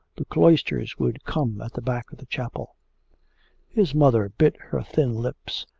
the cloisters would come at the back of the chapel his mother bit her thin lips,